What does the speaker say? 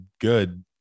good